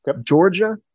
Georgia